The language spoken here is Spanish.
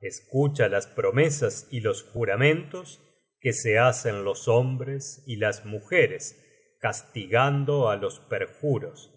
escucha las promesas y los juramentos que se hacen los hombres y las mujeres castigando á los perjuros